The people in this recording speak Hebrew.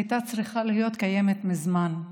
הייתה צריכה להיות קיימת מזמן,